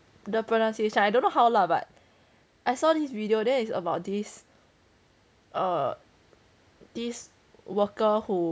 the pronunciation I don't know how lah but I saw this video then it's about this err these err this worker who